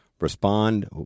respond